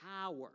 power